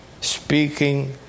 speaking